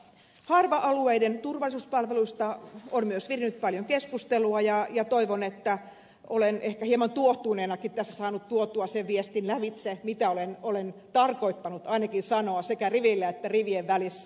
harva alueiden turvallisuuspalveluista on myös virinnyt paljon keskustelua ja toivon että olen ehkä hieman tuohtuneenakin tässä saanut tuotua sen viestin lävitse mitä olen tarkoittanut ainakin sanoa sekä riveillä että rivien välissä